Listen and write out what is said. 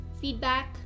feedback